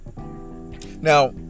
Now